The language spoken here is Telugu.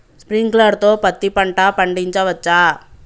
స్ప్రింక్లర్ తో పత్తి పంట పండించవచ్చా?